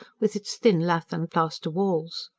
with its thin lath-and-plaster walls.